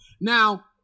Now